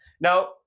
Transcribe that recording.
Now